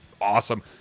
awesome